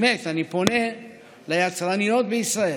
באמת, אני פונה ליצרניות בישראל.